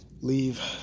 leave